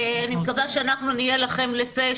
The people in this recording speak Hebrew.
אני מקווה שאנחנו נהיה לכם לפה,